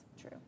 true